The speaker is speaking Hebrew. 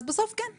אז בסוף כן,